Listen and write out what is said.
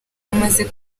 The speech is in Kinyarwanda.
amaze